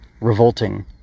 revolting